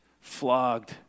flogged